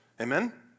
Amen